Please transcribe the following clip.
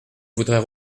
voudrais